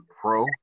Pro